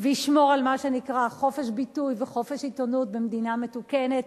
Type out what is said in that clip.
וישמור על מה שנקרא חופש ביטוי וחופש עיתונות במדינה מתוקנת,